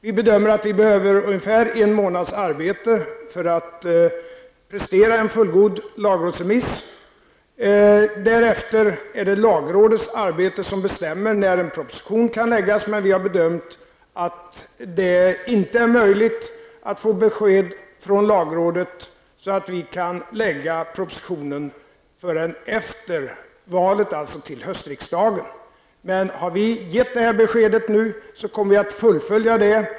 Vi bedömer att vi behöver ungefär en månads arbete för att prestera en fullgod lagrådsremiss. Därefter är det lagrådets arbete som bestämmer när en proposition kan läggas fram. Men vi har bedömt att det inte är möjligt att få besked från lagrådet så att vi kan lägga fram propositionen förrän efter valet, alltså till höstriksdagen. Men har vi gett detta besked nu, kommer vi att fullfölja det.